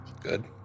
Good